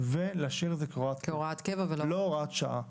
ולהפוך את זה להוראת קבע, לא הוראת שעה.